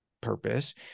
purpose